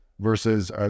versus